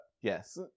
Yes